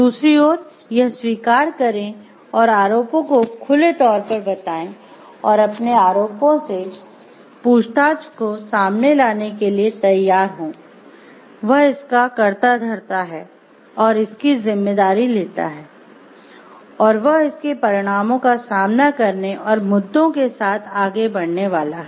दूसरी ओर वह स्वीकार करें और आरोपों को खुले तौर पर बताए और अपने आरोपों से पूछताछ को सामने लाने के लिए तैयार हो वह इसका कर्ताधर्ता है और इसकी जिम्मेदारी लेता है और वह इसके परिणामों का सामना करने और मुद्दों के साथ आगे बढ़ने वाला है